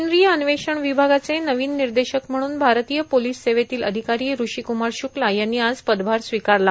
केंद्रीय अन्वेषण विभागाचे नवीन निदेशक म्हणून भारतीय पोलीस सेवेतील अधिकारी ऋषिक्मार श्रुक्ला यांनी आज पदभार स्वीकारला